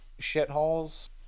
shitholes